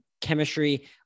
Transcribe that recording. chemistry